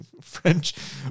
French